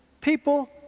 people